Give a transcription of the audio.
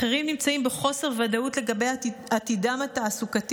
אחרים נמצאים בחוסר ודאות לגבי עתידם התעסוקתי